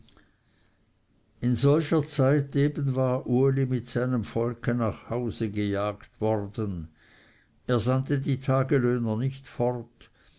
in solcher zeit eben war uli mit seinem volke nach hause gejagt worden er sandte die taglöhner nicht fort